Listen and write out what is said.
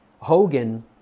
Hogan